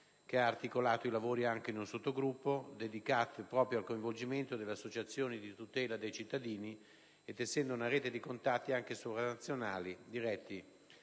che ha articolato i lavori anche in un sottogruppo, dedicato proprio al coinvolgimento delle associazioni di tutela dei cittadini, e tessendo una rete di contatti, anche sopranazionali, diretti